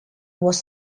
was